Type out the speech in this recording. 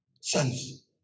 sons